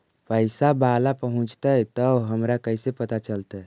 पैसा बाला पहूंचतै तौ हमरा कैसे पता चलतै?